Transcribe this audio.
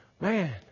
Man